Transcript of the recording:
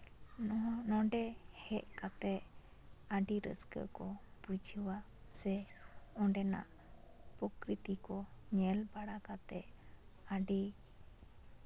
ᱱᱚᱰᱮ ᱦᱮᱡ ᱠᱟᱛᱮᱜ ᱟᱹᱰᱤ ᱨᱟᱹᱥᱠᱟᱹ ᱠᱚ ᱵᱩᱡᱷᱟᱹᱣ ᱛᱮ ᱚᱱᱰᱮᱱᱟᱜ ᱯᱚᱠᱨᱤᱛᱤ ᱠᱚ ᱧᱮᱞ ᱵᱟᱲᱟ ᱠᱟᱛᱮᱜ ᱟᱰᱤ